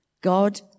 God